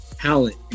talent